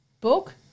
book